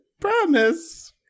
promise